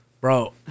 Bro